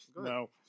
no